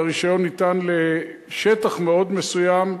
והרשיון ניתן לשטח מאוד מסוים,